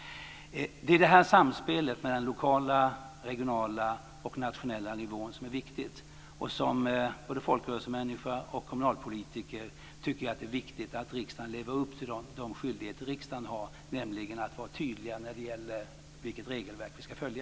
Det är detta sampel mellan den lokala, regionala och nationella nivån som är viktig. Som folkrörelsemänniska och kommunalpolitiker tycker jag att det är viktigt att riksdagen lever upp till den skyldighet som riksdagen har att vara tydlig när det gäller vilket regelverk vi ska följa.